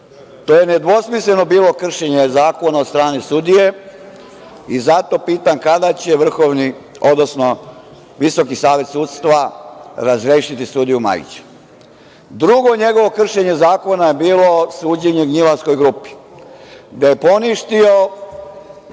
To je nedvosmisleno bilo kršenje zakona od strane sudije, i zato pitam kada će Visoki savet sudstva razrešiti sudiju Majića? Drugo njegovo kršenje zakona je bilo suđenje „gnjilanskoj grupi“, gde je poništio